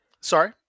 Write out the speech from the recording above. Sorry